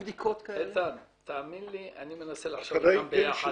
איתן, תאמין לי, אני מנסה לחשוב איתם ביחד.